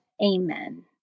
Amen